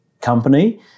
company